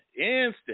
Instant